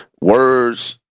words